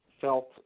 felt